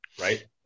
right